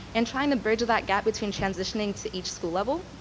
and trying to bridge that gap between transitioning to each school level,